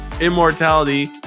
Immortality